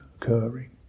occurring